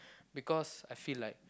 because I feel like